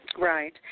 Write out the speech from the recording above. Right